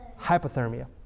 hypothermia